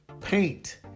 paint